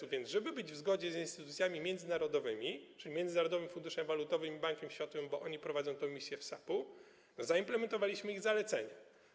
Tak więc żeby być w zgodzie z instytucjami międzynarodowymi, czyli Międzynarodowym Funduszem Walutowym i Bankiem Światowym, bo oni prowadzą tę misję..., zaimplementowaliśmy ich zalecenia.